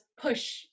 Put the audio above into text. push